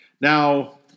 Now